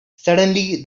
suddenly